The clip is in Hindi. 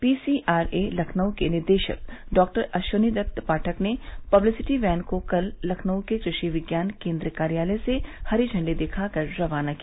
पीसीआरए लखनऊ के निदेशक डॉक्टर अश्विनी दत्त पाठक ने पब्लिसिटी वैन को कल लखनऊ के कृषि विज्ञान केंद्र कार्यालय से हरी झंडी दिखाकर रवाना किया